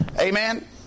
Amen